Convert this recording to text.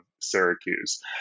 Syracuse